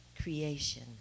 creation